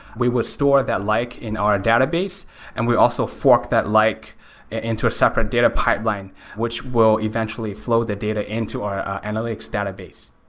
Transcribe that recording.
we would store that like in our database and we'll also fork that like into a separate data pipeline which will eventually flow the data into our analytics database.